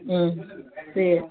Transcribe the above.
ம் சரி